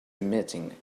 emitting